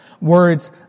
Words